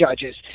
judges